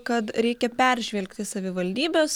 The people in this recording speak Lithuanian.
kad reikia peržvelgti savivaldybes